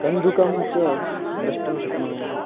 कन्दुकं च द्रष्टुं शक्नुमः